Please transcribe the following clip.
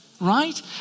right